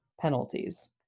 penalties